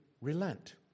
relent